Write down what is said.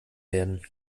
werden